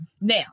now